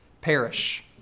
perish